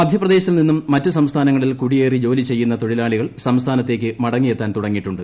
മധ്യപ്രദേശിൽ നിന്നും മറ്റ് സ്ട്രൂസ്ഥാന്ങ്ങളിൽ കുടിയേറി ജോലി ചെയ്യുന്ന തൊഴിലാളികൾ സ്യംസ്മാനത്തേയ്ക്ക് മടങ്ങി എത്താൻ തുടങ്ങിയിട്ടുണ്ട്